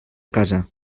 casa